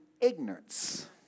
ignorance